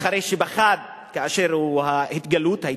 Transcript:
אחרי שפחד כאשר היתה ההתגלות,